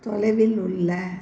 தொலைவில் உள்ள